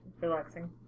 relaxing